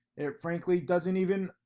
it frankly doesn't even,